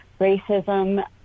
racism